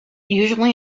usually